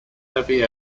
heavy